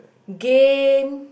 game